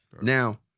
Now